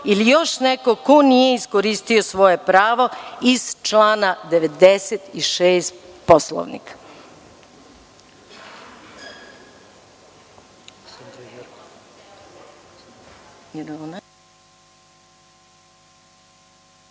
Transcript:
ili još neko ko nije iskoristio svoje pravo iz člana 96. Poslovnika? Moram